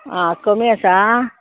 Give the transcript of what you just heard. आं कमी आसा